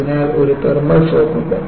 അതിനാൽ ഒരു thermal shock ഉണ്ട്